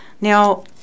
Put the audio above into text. Now